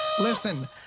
Listen